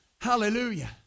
Hallelujah